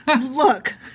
Look